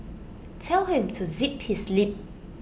tell him to zip his lip